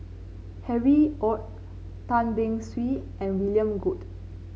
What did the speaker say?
Harry Ord Tan Beng Swee and William Goode